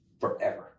forever